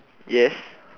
yes